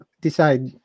decide